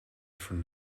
from